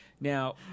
Now